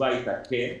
התשובה הייתה כן.